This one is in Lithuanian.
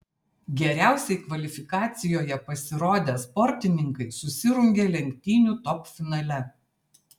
geriausiai kvalifikacijoje pasirodę sportininkai susirungė lenktynių top finale